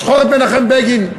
זכור את מנחם בגין.